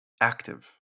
Active